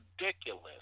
ridiculous